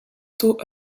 tôt